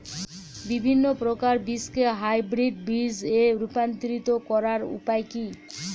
বিভিন্ন প্রকার বীজকে হাইব্রিড বীজ এ রূপান্তরিত করার উপায় কি?